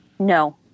No